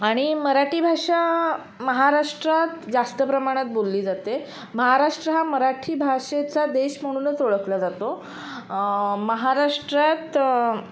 आणि मराठी भाषा महाराष्ट्रात जास्त प्रमाणात बोलली जाते महाराष्ट्र हा मराठी भाषेचा देश म्हणूनच ओळखला जातो महाराष्ट्रात